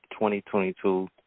2022